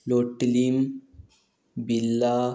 लोटलीं Birla